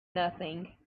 nothing